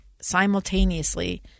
simultaneously